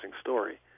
story